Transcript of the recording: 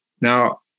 Now